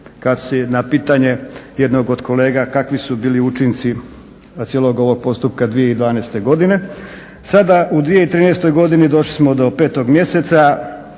na pitanje jednog od kolega kakvi su bili učinci cijelog ovog postupka 2012. godine. Sada u 2013. godini došli smo do 5. mjeseca,